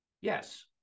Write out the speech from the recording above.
Yes